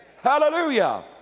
Hallelujah